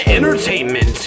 Entertainment